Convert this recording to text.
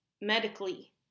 Medically